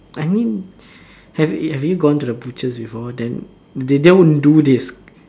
I mean have you have you gone to the butchers before then they won't do this